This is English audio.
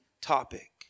topic